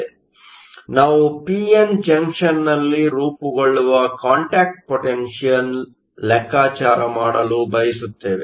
ಆದ್ದರಿಂದ ನಾವು P N ಜಂಕ್ಷನ್ನಲ್ಲಿ ರೂಪುಗೊಳ್ಳುವ ಕಾಂಟ್ಯಾಕ್ಟ್ ಪೊಟೆನ್ಷಿಯಲ್Contact potential ಲೆಕ್ಕಾಚಾರ ಮಾಡಲು ಬಯಸುತ್ತೇವೆ